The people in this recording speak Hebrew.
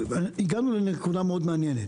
הגענו לנקודה מעניינת.